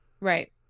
Right